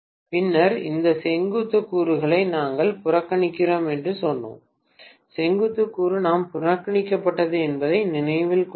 பின்னர் இந்த செங்குத்து கூறுகளை நாங்கள் புறக்கணிக்கிறோம் என்று சொன்னோம் செங்குத்து கூறு நாம் புறக்கணிக்கக்கூடாது என்பதை நினைவில் கொள்க